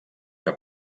que